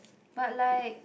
but like